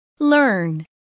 Learn